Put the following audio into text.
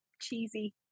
cheesy